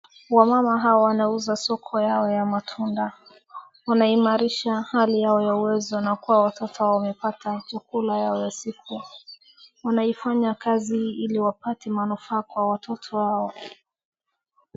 Wamama hao wanauza soko yao ya matunda. Wanaimarisha hali yao ya uwezo na kuwa watoto wamepata chakula yao ya siku. Unaifanya kazi hii iliwapate manufaa kwa watoto wao.